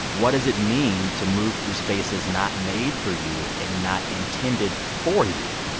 what does it mean to move through spaces not made for you and not intended for you?